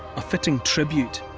a fitting tribute.